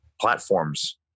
platforms